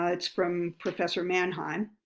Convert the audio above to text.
ah it's from professor manheim.